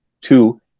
two